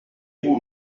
vous